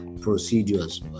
procedures